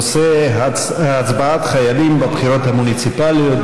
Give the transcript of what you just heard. הנושא: הצבעת חיילים בבחירות המוניציפליות,